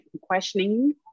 questioning